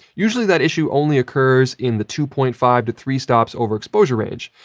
usually that issue only occurs in the two point five three stops overexposure range,